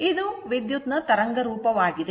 ಇದು ವಿದ್ಯುತ್ ನ ತರಂಗ ರೂಪವಾಗಿರುತ್ತದೆ